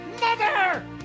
Mother